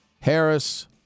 Harris